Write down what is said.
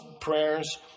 prayers